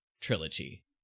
trilogy